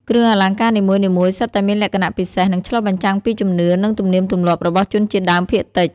គ្រឿងអលង្ការនីមួយៗសុទ្ធតែមានលក្ខណៈពិសេស និងឆ្លុះបញ្ចាំងពីជំនឿ និងទំនៀមទម្លាប់របស់ជនជាតិដើមភាគតិច។